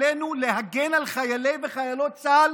עלינו להגן על חיילי וחיילות צה"ל